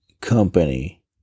company